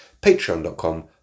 patreon.com